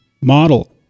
model